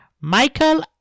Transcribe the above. Michael